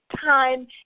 time